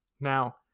Now